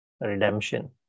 Redemption